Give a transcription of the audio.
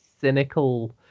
cynical